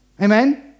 Amen